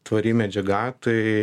tvari medžiaga tai